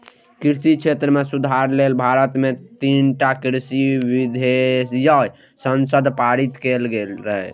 कृषि क्षेत्र मे सुधार लेल भारत मे तीनटा कृषि विधेयक संसद मे पारित कैल गेल रहै